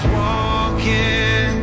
walking